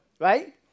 Right